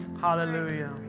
Hallelujah